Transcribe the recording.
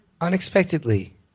unexpectedly